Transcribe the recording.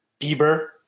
Bieber